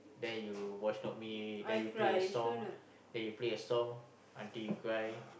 the you voice note me then you play a song then you play a song until you cry